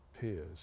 peers